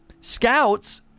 scouts